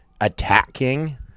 attacking